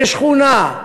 של שכונה,